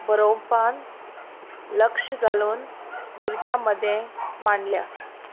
बरोवपांत लक्ष घालून भुरग्यां मदें मांडल्या